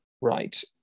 Right